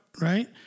Right